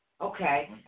Okay